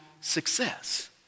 success